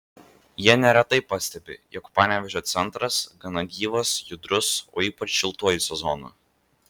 jie neretai pastebi jog panevėžio centras gana gyvas judrus o ypač šiltuoju sezonu